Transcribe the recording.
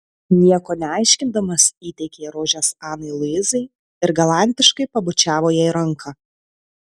nieko neaiškindamas įteikė rožes anai luizai ir galantiškai pabučiavo jai ranką